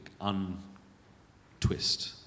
un-twist